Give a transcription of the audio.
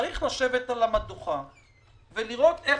צריך לשבת על המדוכה ולראות איך